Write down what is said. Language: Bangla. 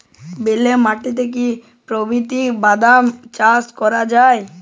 বেলে মাটিতে কি পদ্ধতিতে বাদাম চাষ করা যায়?